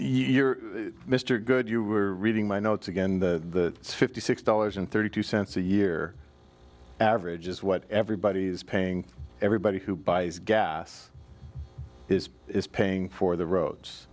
your mr good you were reading my notes again the fifty six dollars and thirty two cents a year average is what everybody's paying everybody who buys gas is is paying for the